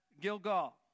Gilgal